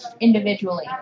individually